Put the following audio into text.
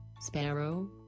sparrow